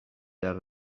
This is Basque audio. behar